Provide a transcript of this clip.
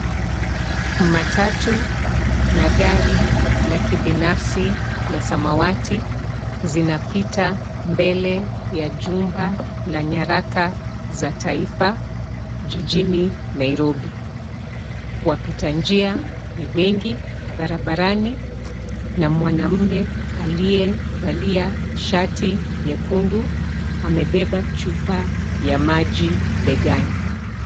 Matatu na gari la kibinafsi la samawati, zinapita mbele ya jumba la nyaraka za taifa, jijini Nairobi. Wapita njia ni wengi barabarani, na mwanamume aliyevalia shati nyekundu, amebeba chupa ya maji begani.